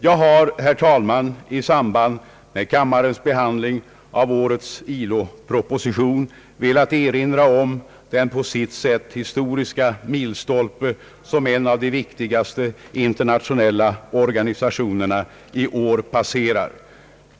Jag har, herr talman, i samband med kammarens behandling av årets ILO proposition velat erinra om den på sitt sätt historiska milstolpe som en av de Ang. Internationella arbetsorganisationen viktigaste internationella organisationerna i år passerar.